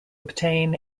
obtain